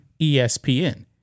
ESPN